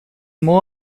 more